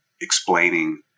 explaining